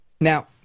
Now